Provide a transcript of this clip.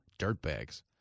dirtbags